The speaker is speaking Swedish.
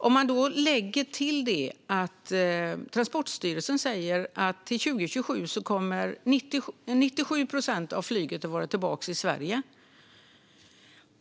Till det kan man lägga att Transportstyrelsen säger att till 2027 kommer 97 procent av flyget att vara tillbaka i Sverige.